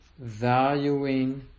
valuing